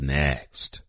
next